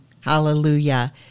Hallelujah